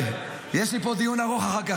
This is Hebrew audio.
יש לי פה דיון אחר כך.